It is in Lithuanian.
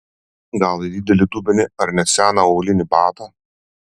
gal į didelį dubenį ar net seną aulinį batą